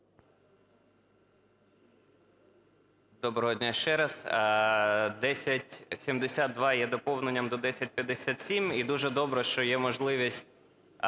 Доброго дня ще раз!